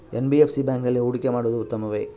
NBFC ಬ್ಯಾಂಕಿನಲ್ಲಿ ಹೂಡಿಕೆ ಮಾಡುವುದು ಉತ್ತಮವೆ?